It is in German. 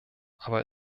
aber